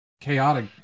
chaotic